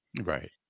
Right